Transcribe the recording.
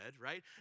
right